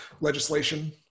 legislation